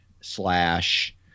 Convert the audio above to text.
slash